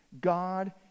God